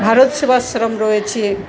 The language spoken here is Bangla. ভারত সেবাশ্রম রয়েছে